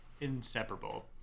inseparable